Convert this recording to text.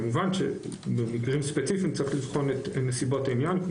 כמובן שבמקרים ספציפיים צריך לבחון את נסיבות העניין,